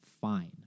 fine